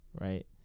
Right